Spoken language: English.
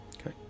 Okay